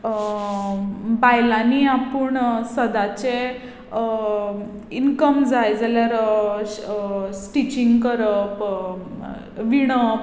बायलांनी आपूण सदाचें इनकम जाय जाल्यार स्टिचींग करप विणप